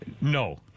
No